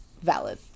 Valid